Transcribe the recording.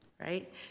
right